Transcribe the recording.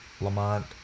Lamont